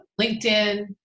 LinkedIn